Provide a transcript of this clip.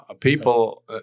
people –